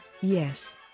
yes